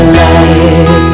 light